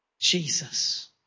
Jesus